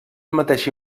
mateixa